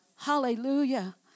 Hallelujah